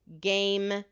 Game